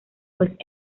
pues